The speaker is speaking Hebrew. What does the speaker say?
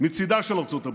מצידה של ארצות הברית.